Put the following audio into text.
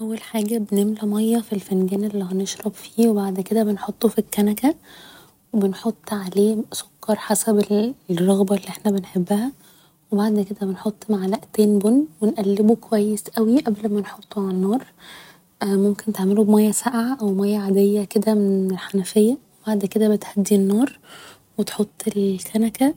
اول حاجة بنملى مياه في الفنجان اللي هنشرب فيه و بعد كده بنحطه في الكنكة و بنحط عليه سكر حسب الرغبة اللي احنا بنحبها و بعد كده بنحط معلقتين بن و نقلبه كويس اوي قبل ما نحطه على النار ممكن تعمله بمياه ساقعة او مياه عادية كده من الحنفية و بعد كده بتهدي النار و تحط الكنكة